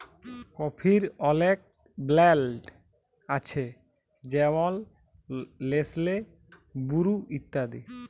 কফির অলেক ব্র্যাল্ড আছে যেমল লেসলে, বুরু ইত্যাদি